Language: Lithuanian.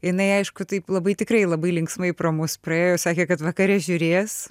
jinai aišku taip labai tikrai labai linksmai pro mus praėjo sakė kad vakare žiūrės